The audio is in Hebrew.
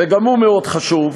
וגם הוא מאוד חשוב: